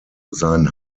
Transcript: sein